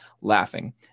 laughing